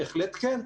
בהחלט כן.